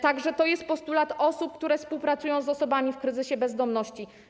To jest także postulat osób, które współpracują z osobami w kryzysie bezdomności.